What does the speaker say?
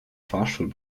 fahrstuhl